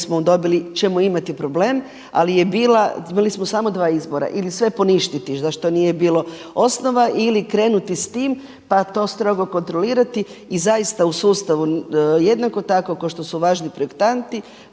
smo dobili ćemo imati problem. Ali je bila, imali smo samo dva izbora ili sve poništiti za što nije bilo osnova ili krenuti s tim, pa to strogo kontrolirati. I zaista u sustavu jednako tako kao što su važni projektanti